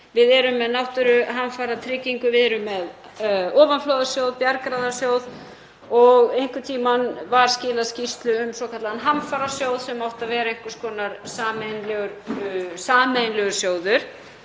Við erum með náttúruhamfaratryggingu, við erum með ofanflóðasjóð, við erum með Bjargráðasjóð og einhvern tímann var skilað skýrslu um svokallaðan hamfarasjóð sem átti að vera einhvers konar sameiginlegur sjóður.